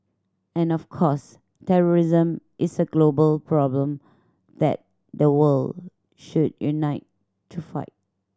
and of course terrorism is a global problem that the world should unite to fight